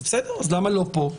אז למה לא פה?